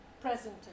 present